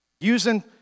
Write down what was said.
Using